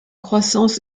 croissance